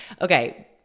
Okay